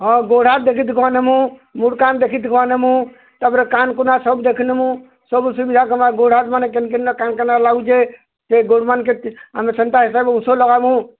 ହଁ ଗୋଡ଼୍ ହାତ୍ ଦେଖି ଦୁଖା କରି ନେମୁ ମୁଡ଼୍ କାନ୍ ଦେଖିଦୁଖାନେମୁଁ ତା' ପରେ କାନ୍ କୁନା ସବୁ ଦେଖିନେମୁଁ ସବୁ ସୁବିଧା ତୁମର୍ ଗୋଡ଼ ହାତ୍ମାନ୍କେ କେନ୍ଟା କାଣା କାଣା ଲାଗୁଛେ ସେ ଗୋଡ଼୍ମାନ୍କେ ଆମେ ସେନ୍ତା କେ ଉଷଦ୍ ଲଗାମୁଁ